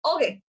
Okay